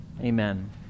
Amen